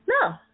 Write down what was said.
No